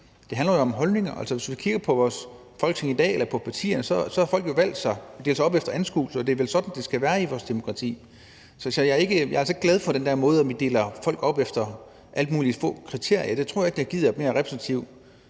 Det handler jo om holdninger. Og hvis vi kigger på vores Folketing i dag eller på partierne, har folk jo delt sig op efter anskuelse, og det er vel sådan, det skal være i vores demokrati. Så jeg er altså ikke glad for den der måde, hvor vi deler folk op efter alle mulige kriterier. Det tror jeg ikke giver et mere repræsentativt